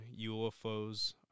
UFOs